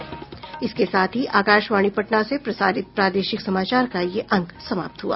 इसके साथ ही आकाशवाणी पटना से प्रसारित प्रादेशिक समाचार का ये अंक समाप्त हुआ